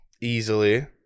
Easily